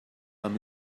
amb